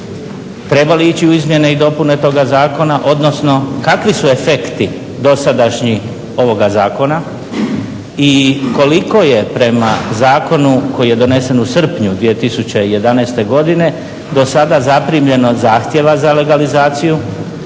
treba li ići u izmjene i dopune toga zakona odnosno kakvi su efekti dosadašnjih ovoga zakona? I koliko je prema zakonu koji je donesen u srpnju 2011.godine do sada zaprimljeno zahtjeva za legalizaciju,